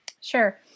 Sure